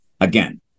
again